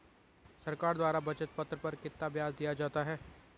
सरकार द्वारा बचत पत्र पर कितना ब्याज दिया जाता है?